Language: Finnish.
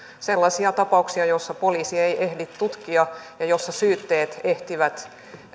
sellaisia tapauksia joissa poliisi ei ehdi tutkia ja joissa syytteet ehtivät